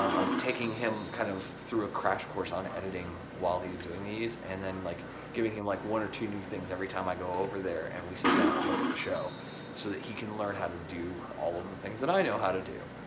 i'm taking him kind of through a crash course on editing while he's doing these and then like giving him like one or two new things every time i go over there and we sit down and look at the show, so that he can learn how to do all of the things that i know how to do,